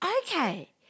Okay